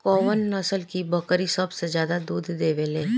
कौन नस्ल की बकरी सबसे ज्यादा दूध देवेले?